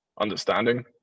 understanding